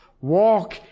Walk